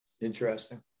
Interesting